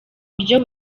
buryo